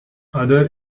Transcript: other